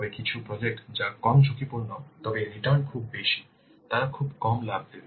তবে কিছু প্রজেক্ট যা কম ঝুঁকিপূর্ণ তবে রিটার্ন খুব কম তারা খুব কম লাভ দেবে